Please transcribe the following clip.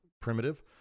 primitive